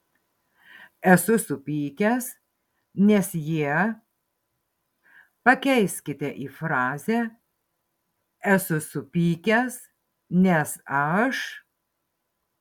esu supykęs nes jie pakeiskite į frazę esu supykęs nes aš